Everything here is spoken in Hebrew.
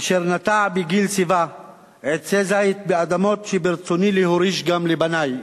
אשר נטע בגיל שיבה עצי זית באדמות שברצוני להוריש גם לבני,